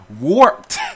warped